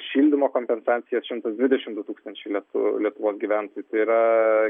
šildymo kompensacijas šimtas dvidešimt du tūkstančiai lietu lietuvos gyventojų tai yra